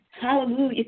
Hallelujah